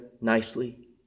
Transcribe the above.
nicely